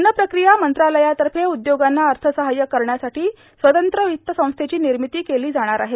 अन्नप्रक्रिया मंत्रालयातर्फे उद्योगांना अर्थसहाय्य करण्यासाठी स्वतंत्र वित्तसंस्थेची निर्मिती केती जाणार आहे